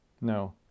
No